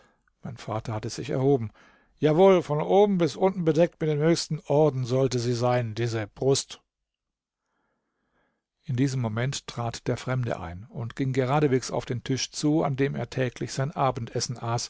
mein vater hatte sich erhoben jawohl von oben bis unten bedeckt mit dem höchsten orden sollte sie sein diese brust in diesem augenblick trat der fremde ein und ging geradewegs auf den tisch zu an dem er täglich sein abendessen